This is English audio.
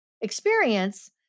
experience